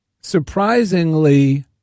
surprisingly